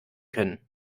können